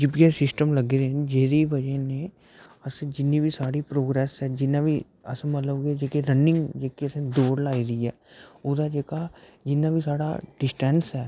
GPS system लग्गे न जेह्दी बजह् नै अस जि'न्नी बी साढ़ी प्रोग्रेस ऐ जि'न्ना बी अस मतलब कि जेह्के रनिंग जेहके असें दौड़ लाई दी ऐ ओह्दा जेह्का जि'न्ना बी साढ़ा डिस्टेंस ऐ